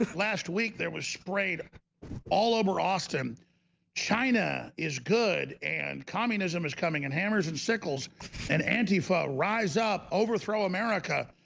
last week there was sprayed all over austin china is good and communism is coming in hammers and sickles and anti feh rise up overthrow america,